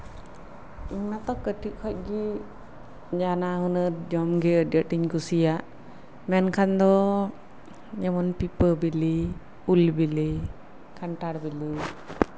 ᱤᱧ ᱢᱟᱛᱚ ᱠᱟᱹᱴᱤᱡ ᱠᱷᱚᱱ ᱜᱮ ᱱᱟᱱᱟ ᱦᱩᱱᱟᱹᱨ ᱡᱚᱢ ᱜᱮ ᱟᱹᱰᱤ ᱟᱸᱴᱤᱧ ᱠᱩᱥᱤᱭᱟᱜ ᱢᱮᱱᱠᱷᱟᱱ ᱫᱚ ᱡᱮᱢᱚᱱ ᱯᱤᱯᱟᱹ ᱵᱤᱞᱤ ᱩᱞ ᱵᱤᱞᱤ ᱠᱟᱱᱴᱷᱟᱲ ᱵᱤᱞᱤ